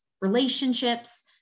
relationships